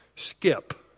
skip